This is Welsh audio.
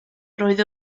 roedd